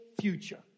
future